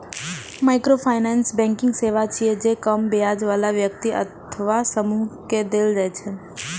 microfinance banking सेवा छियै, जे कम आय बला व्यक्ति अथवा समूह कें देल जाइ छै